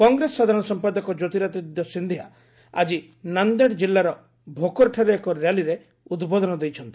କଂଗ୍ରେସ ସାଧାରଣ ସମ୍ପାଦକ ଜ୍ୟୋତିରାଦିତ୍ୟ ସିନ୍ଧିଆ ଆଜି ନାନ୍ଦେଡ୍ ଜିଲ୍ଲାର ଭୋକରଠାରେ ଏକ ର୍ୟାଲିରେ ଉଦ୍ବୋଧନ ଦେଇଛନ୍ତି